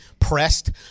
pressed